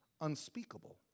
unspeakable